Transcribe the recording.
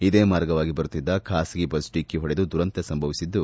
ಇದೇ ಮಾರ್ಗವಾಗಿ ಬರುತ್ತಿದ್ದ ಖಾಸಗಿ ಬಸ್ ಢಿಕ್ಷಿ ಹೊಡೆದು ದುರಂತ ಸಂಭವಿಸಿದ್ದು